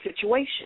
situation